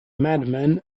madman